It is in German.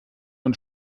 und